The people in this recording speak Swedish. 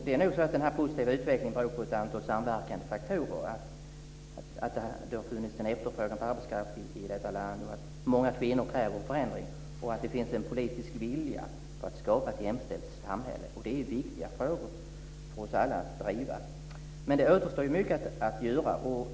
Den här positiva utvecklingen beror på ett antal samverkande faktorer, som att det har funnits en efterfrågan på arbetskraft i detta land, att många kvinnor har krävt förändring och att det funnits en politisk vilja att skapa ett jämställt samhälle. Det är viktiga frågor för oss alla att driva. Men det återstår mycket att göra.